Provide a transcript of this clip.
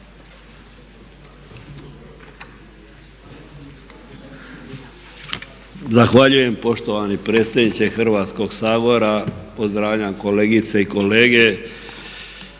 Zahvaljujem poštovani predsjedniče Hrvatskoga sabora. Cijenjena kolegice Ilić,